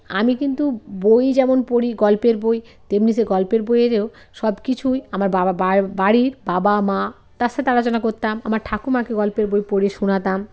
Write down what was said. আমি কিন্তু বই যেমন পড়ি গল্পের বই তেমনি সেই গল্পের বইয়েরও সব কিছুই আমার বাড়ির বাবা মা তার সাথে আলোচনা করতাম আমার ঠাকুমাকে গল্পের বই পড়ে শোনাতাম